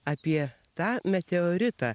apie tą meteoritą